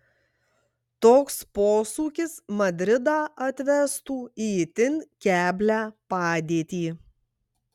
toks posūkis madridą atvestų į itin keblią padėtį